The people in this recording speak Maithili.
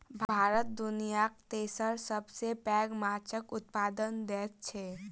भारत दुनियाक तेसर सबसे पैघ माछक उत्पादक देस छै